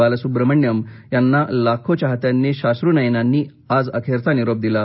बालसुब्रह्मण्यम यांना लाखो चाहत्यांनी साश्र् नयनांनी अखेरचा निरोप दिला